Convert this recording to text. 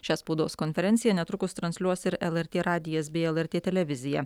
šią spaudos konferenciją netrukus transliuos ir lrt radijas bei lrt televizija